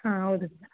ಹಾಂ ಹೌದು ಸರ್